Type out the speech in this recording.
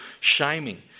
shaming